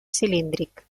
cilíndric